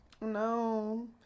No